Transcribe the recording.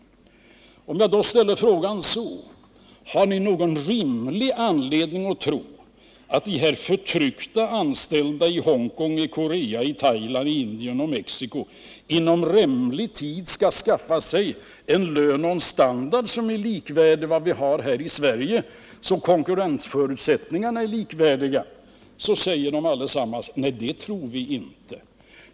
Men hur blir det om man ställer frågan på ett annat sätt? Man kan ju också fråga: Har ni någon rimlig anledning att tro att de förtryckta arbetarna i Hong Kong, Korea, Thailand, Indien och Mexico inom rimlig tid skall få en lön och en standard som är likvärdig med den vi har här i Sverige, så att konkurrensförutsättningarna blir likvärdiga? Då svarar de allesammans: Nej, det har vi inte.